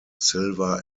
silver